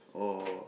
or